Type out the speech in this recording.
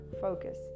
focus